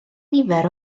nifer